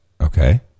Okay